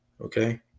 Okay